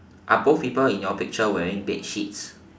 are both people in your picture wearing bedsheets